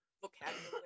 Vocabulary